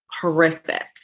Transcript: Horrific